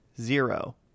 Zero